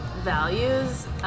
values